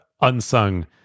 unsung